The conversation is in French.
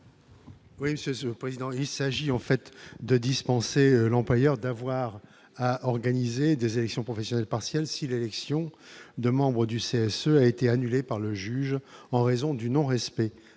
Oui c'est président Luis agit en fait de dispenser l'employeur d'avoir à organiser des élections professionnelles partielle si l'élection de membres du CSE a été annulé par le juge en raison du non-respect